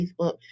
facebook